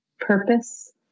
purpose